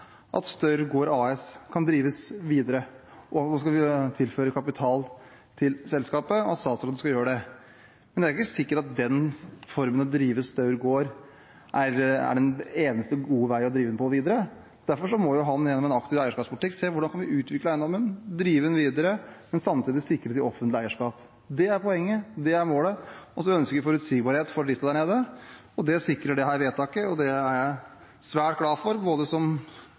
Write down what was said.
at Staur gård AS kan drives videre, at det skal tilføres kapital til selskapet, og at statsråden skal gjøre det. Men det er ikke sikkert at den måten å drive Staur gård på er den eneste gode måten å drive den på videre. Derfor må han gjennom en aktiv eierskapspolitikk se på hvordan vi kan utvikle eiendommen, drive den videre, men samtidig sikre offentlig eierskap. Det er poenget, det er målet, og så ønsker vi forutsigbarhet for driften der nede. Det sikrer dette vedtaket, og det er jeg svært glad for – både som